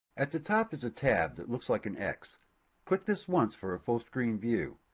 at the top is a tab that looks like an x click this once for a full screen view.